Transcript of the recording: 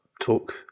talk